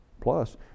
Plus